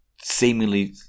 seemingly